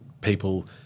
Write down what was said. people